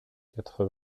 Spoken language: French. quatre